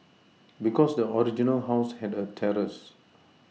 because the original house had a terrace